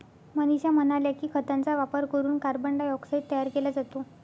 मनीषा म्हणाल्या की, खतांचा वापर करून कार्बन डायऑक्साईड तयार केला जातो